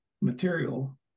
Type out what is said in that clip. material